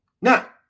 Now